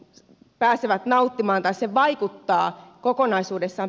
stt pääsevät nauttimaan tai se vaikuttaa kokonaisuudessaan